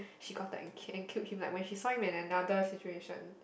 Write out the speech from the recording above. she got up and kill and killed him when she saw him in another situation